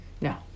No